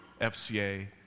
FCA